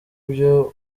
byo